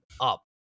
up